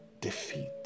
defeat